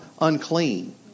unclean